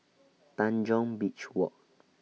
Tanjong Beach Walk